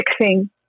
fixing